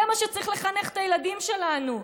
לזה צריך לחנך את הילדים שלנו,